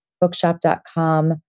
bookshop.com